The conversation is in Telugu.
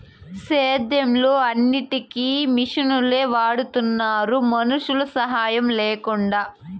సేద్యంలో అన్నిటికీ మిషనులే వాడుతున్నారు మనుషుల సాహాయం లేకుండా